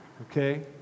Okay